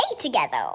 together